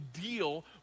deal